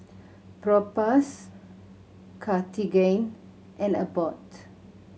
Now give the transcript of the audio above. Propass Cartigain and Abbott